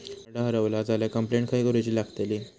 Card हरवला झाल्या complaint खय करूची लागतली?